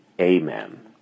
Amen